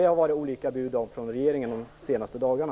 Det har varit olika bud från regeringen de senaste dagarna.